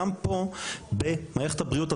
גם פה במערכת הבריאות,